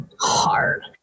hard